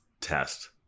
test